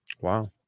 Wow